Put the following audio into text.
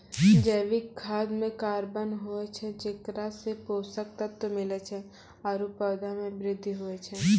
जैविक खाद म कार्बन होय छै जेकरा सें पोषक तत्व मिलै छै आरु पौधा म वृद्धि होय छै